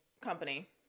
company